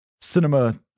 Cinema